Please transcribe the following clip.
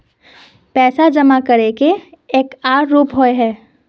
पैसा जमा करे के एक आर रूप होय है?